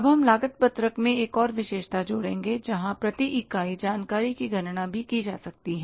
अब हम लागत पत्रक में एक और विशेषता जोड़ेंगे जहाँ प्रति इकाई जानकारी की गणना भी की जा सकती है